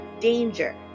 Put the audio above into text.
Danger